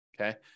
okay